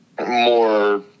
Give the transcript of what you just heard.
more